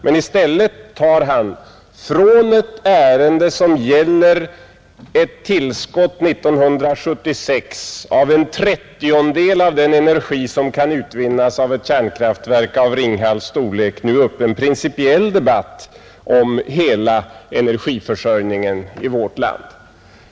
Men i stället tar han från ett ärende som gäller ett tillskott 1976 av en trettiondel av den energi som kan utvinnas i ett kärnkraftverk av Ringhals” storlek nu upp en principiell debatt om hela energiförsörjningen i vårt land.